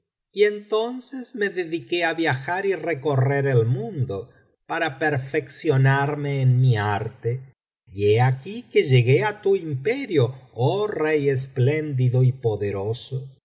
y entonces me dediqué á viajar y á recorrer el biblioteca valenciana generalitat valenciana historia del jorobado mundo para perfeccionarme en mi arte y he aquí due llegué á tu imperio oh rey espléndido y poderoso